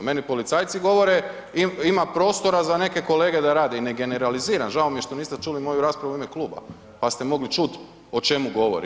Meni policajci govore, ima prostora za neke kolege da rada i ne generaliziram žao mi je što niste čuli moju raspravu u ime kluba, pa ste mogli čuti o čemu govorim.